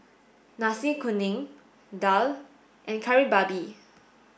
Nasi Kuning Daal and Kari Babi